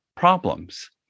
problems